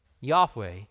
Yahweh